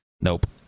Nope